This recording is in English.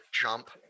jump